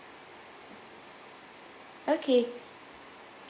okay